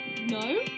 No